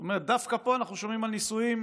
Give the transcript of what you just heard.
זאת אומרת, דווקא פה אנחנו שומעים על נישואים,